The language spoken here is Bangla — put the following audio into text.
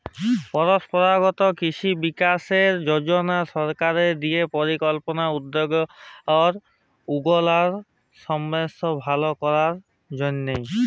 পরম্পরাগত কিসি বিকাস যজলা সরকার দিঁয়ে পরিকল্পিত উদ্যগ উগলার সাইস্থ্য ভাল করার জ্যনহে